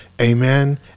Amen